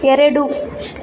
ಎರಡು